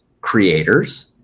creators